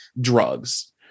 drugs